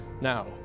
Now